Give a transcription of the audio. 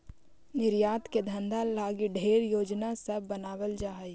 निर्यात के धंधा लागी ढेर योजना सब बनाबल जा हई